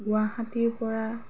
গুৱাহাটীৰ পৰা